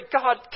God